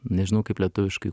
nežinau kaip lietuviškai